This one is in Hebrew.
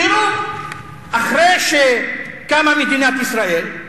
תראו, אחרי שקמה מדינת ישראל,